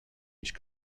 each